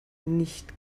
nicht